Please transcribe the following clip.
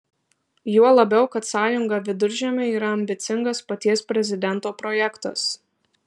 juo labiau kad sąjunga viduržemiui yra ambicingas paties prezidento projektas